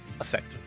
effective